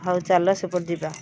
ହଉ ଚାଲ ସେପଟେ ଯିବା